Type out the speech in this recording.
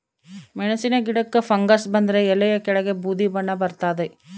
ಮೆಣಸಿನ ಗಿಡಕ್ಕೆ ಫಂಗಸ್ ಬಂದರೆ ಎಲೆಯ ಕೆಳಗೆ ಬೂದಿ ಬಣ್ಣ ಬರ್ತಾದೆ